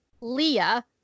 Leah